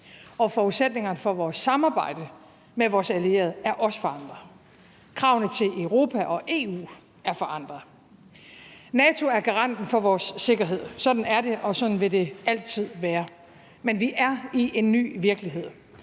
Forudsætningerne for vores samarbejde med vores allierede er også forandrede. Kravene til Europa og EU er forandrede. NATO er garanten for vores sikkerhed; sådan er det, og sådan vil det altid være. Men vi er i en ny virkelighed,